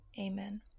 amen